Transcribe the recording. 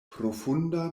profunda